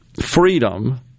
freedom